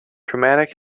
chromatic